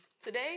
Today